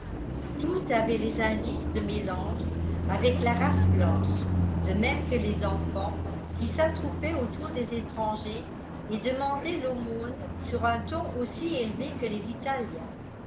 toutes avaient des indices de mélange avec la race blanche de même que les enfants qui s'attroupaient autour des étrangers et demandaient l'aumône sur un ton aussi élevé que les italiens